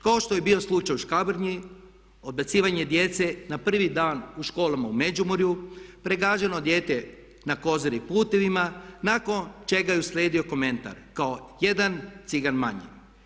Kao što je bio slučaj u Škabrnji, odbacivanje djece na prvi dan u školama u Međimurju, pregaženo dijete na Kozari putevima nakon čega je uslijedio komentar kao jedan cigan manje.